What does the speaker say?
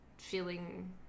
feeling